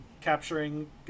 capturing